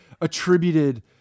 attributed